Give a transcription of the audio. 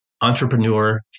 Entrepreneur